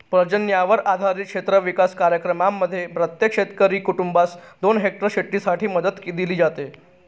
पर्जन्यावर आधारित क्षेत्र विकास कार्यक्रमांमध्ये प्रत्येक शेतकरी कुटुंबास दोन हेक्टर शेतीसाठी मदत दिली जाते